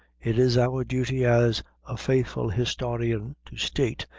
it is our duty as a faithful historian to state,